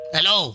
Hello